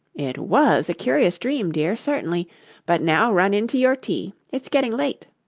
it was a curious dream, dear, certainly but now run in to your tea it's getting late